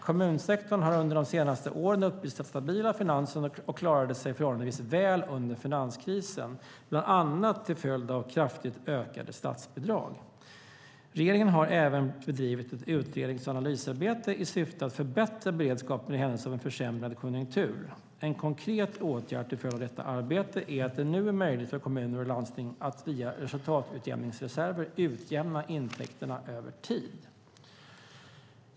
Kommunsektorn har under de senaste åren uppvisat stabila finanser och klarade sig förhållandevis väl under finanskrisen, bland annat till följd av kraftigt ökade statsbidrag. Regeringen har även bedrivit ett utrednings och analysarbete i syfte att förbättra beredskapen i händelse av en försämrad konjunktur. En konkret åtgärd till följd av detta arbete är att det nu är möjligt för kommuner och landsting att via resultatutjämningsreserver utjämna intäkter över tid.